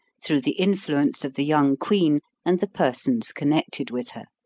through the influence of the young queen and the persons connected with her.